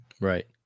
Right